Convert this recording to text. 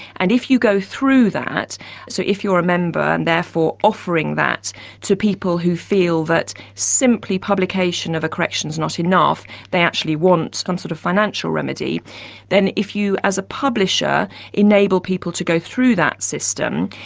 and if you go through that so if you're a member and therefore offering that to people who feel that simply publication of a correction's not enough they actually want some and sort of financial remedy then if you, as a publisher enable people to go through that system,